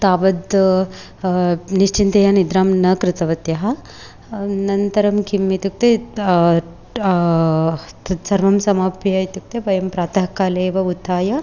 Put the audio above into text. तावत् निश्चिन्तया निद्रां न कृतवत्यः अनन्तरं किम् इत्युक्ते तत्सर्वं समाप्य इत्युक्ते वयं प्रातः काले एव उत्थाय